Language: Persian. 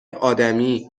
آدمی